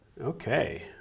Okay